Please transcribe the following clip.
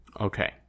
Okay